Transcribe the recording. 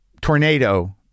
tornado